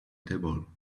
table